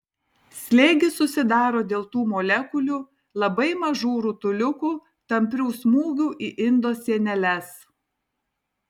slėgis susidaro dėl tų molekulių labai mažų rutuliukų tamprių smūgių į indo sieneles